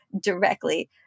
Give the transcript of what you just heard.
directly